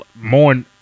more